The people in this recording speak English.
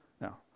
Now